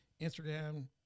Instagram